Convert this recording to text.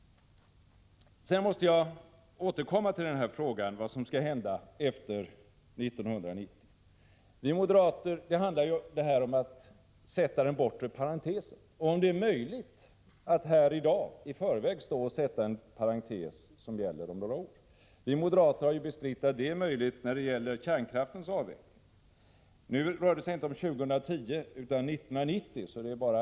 Sedan måste jag återkomma till frågan om vad som skall hända efter 1990. Det handlar här om att sätta det bortre parentestecknet, om huruvida det är möjligt att här i dag, i förväg, sätta ut ett parentestecken som skall gälla om några år. Vi moderater har ju bestritt att detta är möjligt när det gäller kärnkraftens avveckling. Nu rör det sig inte om år 2010 utan om 1990, så det Prot.